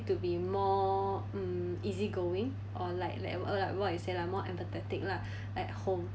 to be more um easy going or like let~ like what you say lah more empathetic lah at home